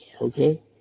Okay